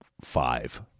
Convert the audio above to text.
five